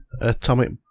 Atomic